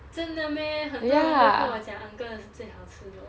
真的 meh 很多人都跟我讲 uncle 的最好吃的